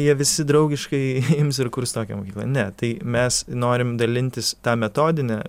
jie visi draugiškai ims ir kurs tokią ne tai mes norim dalintis ta metodine